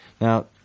Now